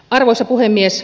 arvoisa puhemies